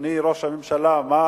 אדוני ראש הממשלה, מה